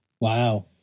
Wow